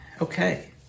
Okay